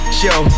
show